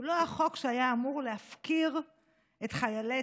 הוא לא החוק שהיה אמור להפקיר את חיילי